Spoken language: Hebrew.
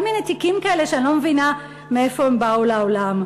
כל מיני תיקים כאלה שאני לא מבינה מאיפה הם באו לעולם.